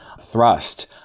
thrust